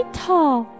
tall 。